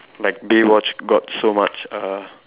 like Baywatch got so much uh